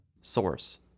source